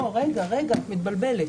רגע, את מתבלבלת.